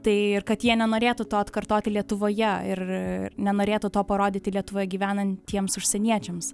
tai ir kad jie nenorėtų to atkartoti lietuvoje ir nenorėtų to parodyti lietuvoje gyvenantiems užsieniečiams